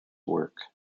work